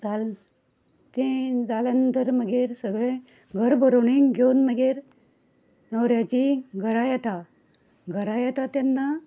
जालें तें जाल्या नंतर मगीर सगळे घरभरवणेंक घेवन मगेर नवऱ्याचीं घरां येता घरा येता तेन्ना